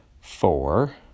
four